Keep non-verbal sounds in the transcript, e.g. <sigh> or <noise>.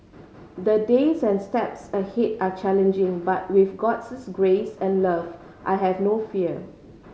the days and steps ahead are challenging but with God <unintelligible> grace and love I have no fear